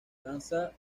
lanza